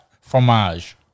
Fromage